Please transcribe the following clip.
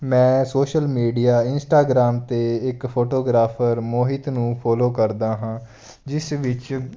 ਮੈਂ social media Instagram 'ਤੇ ਇੱਕ ਫੋਟੋਗ੍ਰਾਫਰ ਮੋਹਿਤ ਨੂੰ ਫੋਲੋ ਕਰਦਾ ਹਾਂ ਜਿਸ ਵਿੱਚ